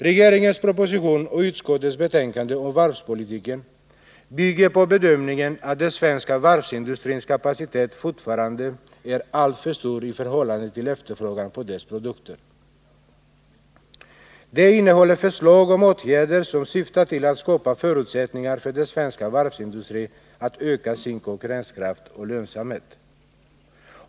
Regeringens proposition och utskottets betänkande om Nr 165 varvspolitiken bygger på bedömningen att den svenska varvsindustrins kapacitet fortfarande är alltför stor i förhållande till efterfrågan på dess produkter. De innehåller förslag om åtgärder som syftar till att skapa förutsättningar för den svenska varvsindustrin att öka konkurrenskraften och lönsamheten.